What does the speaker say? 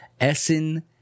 Essen